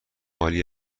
عالی